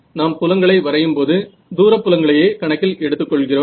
நாம் புலங்களை வரையும் போது தூர புலங்களையே கணக்கில் எடுத்துக் கொள்கிறோம்